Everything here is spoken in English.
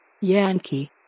Yankee